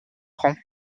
francs